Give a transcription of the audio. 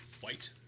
White